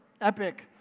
epic